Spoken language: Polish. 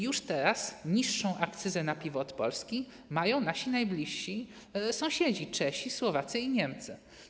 Już teraz niższą akcyzę na piwo od Polski mają nasi najbliżsi sąsiedzi: Czesi, Słowacy i Niemcy.